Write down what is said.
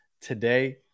today